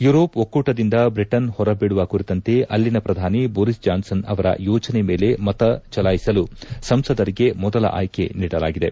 Europe ಒಕ್ಕೂಟದಿಂದ Britain ಹೊರಬೀಳುವ ಕುರಿತಂತೆ ಅಲ್ಲಿನ ಶ್ರಧಾನಿ ಬೋರಿಸ್ ಜಾನ್ಸನ್ ಅವರ ಯೋಜನೆ ಮೇಲೆ ಮತ ಚಲಾಯಿಸಲು ಸಂಸದರಿಗೆ ಮೊದಲ ಆಯ್ಕೆ ನೀಡಲಾಗಿದೆ